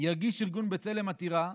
יגיש ארגון בצלם עתירה,